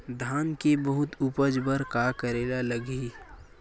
धान के बहुत उपज बर का करेला लगही?